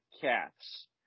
cats